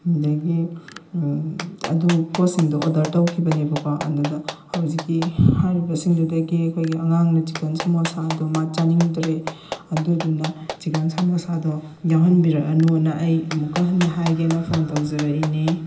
ꯑꯗꯒꯤ ꯑꯗꯨ ꯄꯣꯠꯁꯤꯡꯗꯣ ꯑꯣꯗꯔ ꯇꯧꯈꯤꯕꯅꯦꯕꯀꯣ ꯑꯗꯨꯗ ꯍꯧꯖꯤꯛꯀꯤ ꯍꯥꯏꯔꯤꯕꯁꯤꯡꯗꯨꯗꯒꯤ ꯑꯩꯈꯣꯏꯒꯤ ꯑꯉꯥꯡꯅ ꯆꯤꯀꯟ ꯁꯃꯣꯁꯥꯗꯨ ꯃꯥ ꯆꯥꯅꯤꯡꯗ꯭ꯔꯦ ꯑꯗꯨꯗꯨꯅ ꯆꯤꯀꯟ ꯁꯃꯣꯁꯥꯗꯣ ꯌꯥꯎꯍꯟꯕꯤꯔꯛꯑꯅꯨꯅ ꯑꯩ ꯑꯃꯨꯛꯀ ꯍꯟꯅ ꯍꯥꯏꯒꯦꯅ ꯐꯣꯟ ꯇꯧꯖꯔꯛꯏꯅꯤ